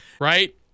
right